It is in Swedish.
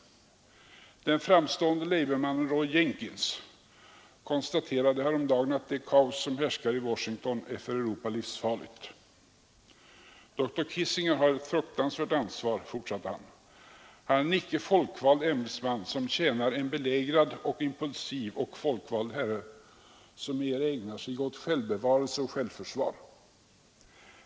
Den framstående labourmannen Roy Jenkins konstaterade häromdagen att det kaos som härskar i Washington är för Europa livsfarligt. Dr Kissinger har ett fruktansvärt ansvar, fortsatte han. Han är en icke folkvald ämbetsman som tjänar en belägrad och impulsiv och folkvald herre, som mera ägnar sig åt självbevarelse och självförsvar.